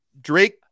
Drake